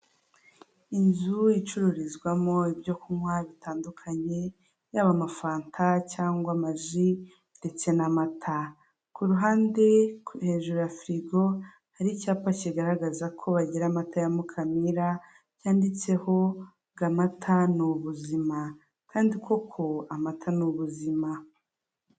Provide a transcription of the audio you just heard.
Inzu icururizwamo ibyo kunywa bitandukanye yaba amafanta cyangwa amaji ndetse n'amata ku ruhande hejuru ya firigo hari icyapa kigaragaza ko bagira amata ya mukamira, byanditseho ngo amata ni ubuzima kandi koko amata ni ubuzima.